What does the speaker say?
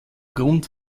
grund